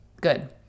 Good